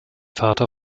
vater